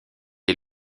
est